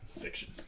fiction